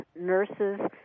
nurses